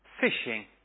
fishing